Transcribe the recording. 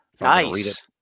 Nice